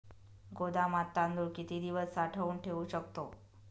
गोदामात तांदूळ किती दिवस साठवून ठेवू शकतो?